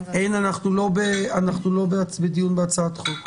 אנחנו לא בדיון על הצעת חוק,